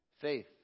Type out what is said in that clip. Faith